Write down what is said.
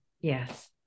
Yes